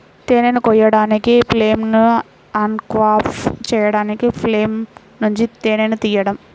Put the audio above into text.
తేనెను కోయడానికి, ఫ్రేమ్లను అన్క్యాప్ చేయడానికి ఫ్రేమ్ల నుండి తేనెను తీయడం